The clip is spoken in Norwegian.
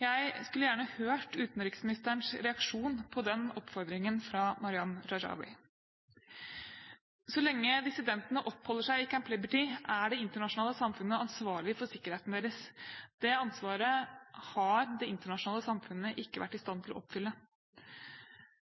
Jeg skulle gjerne hørt utenriksministerens reaksjon på den oppfordringen fra Maryam Rajavi. Så lenge dissidentene oppholder seg i Camp Liberty, er det internasjonale samfunnet ansvarlig for sikkerheten deres. Det ansvaret har det internasjonale samfunnet ikke vært i stand til å oppfylle.